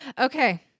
Okay